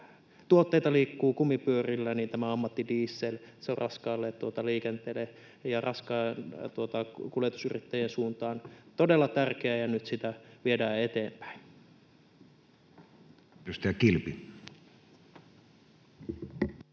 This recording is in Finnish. tuotteita liikkuu kumipyörillä ja tämä ammattidiesel on raskaalle liikenteelle ja raskaan kuljetuksen yrittäjien suuntaan todella tärkeä, nyt sitä viedään eteenpäin.